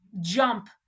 jump